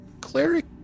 cleric